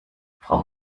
frau